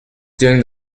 doing